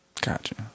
Gotcha